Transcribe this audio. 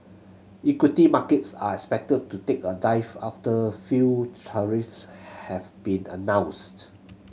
equity markets are expected to take a dive after few tariffs have been announced